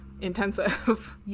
intensive